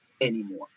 anymore